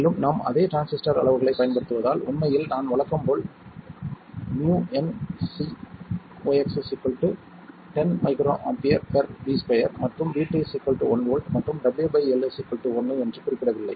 மேலும் நாம் அதே டிரான்சிஸ்டர் அளவுருக்களைப் பயன்படுத்துவதால் உண்மையில் நான் வழக்கம் போல் µncox 10 µAV2 மற்றும் VT 1V மற்றும் W L 1 என்று குறிப்பிடவில்லை